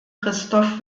christoph